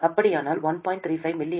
அப்படியானால் 1